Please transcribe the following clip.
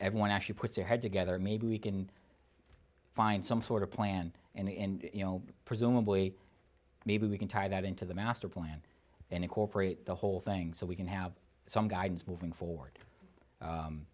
everyone actually puts their head together maybe we can find some sort of plan and you know presumably maybe we can tie that into the master plan and incorporate the whole thing so we can have some guidance moving forward